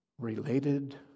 Related